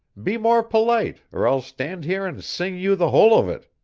be more polite, or i'll stand here and sing you the whole of it.